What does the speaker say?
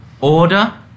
order